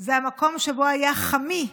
זה המקום שבו היה חמי,